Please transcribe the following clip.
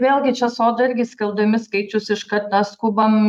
vėlgi čia sodra irgi skelbdami skaičius iškart tą skubam